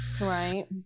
Right